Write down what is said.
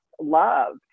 love